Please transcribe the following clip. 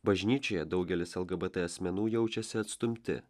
bažnyčioje daugelis lgbt asmenų jaučiasi atstumti